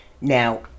Now